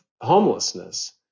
homelessness